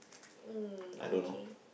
mm okay